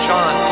John